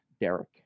Derek